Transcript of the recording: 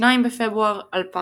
2 בפברואר 2000